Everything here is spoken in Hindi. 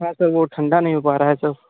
हाँ सर वह ठंडा नहीं हो पा रहा है सर